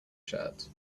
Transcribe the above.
shirt